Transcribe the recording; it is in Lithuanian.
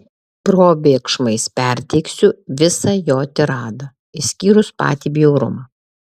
probėgšmais perteiksiu visą jo tiradą išskyrus patį bjaurumą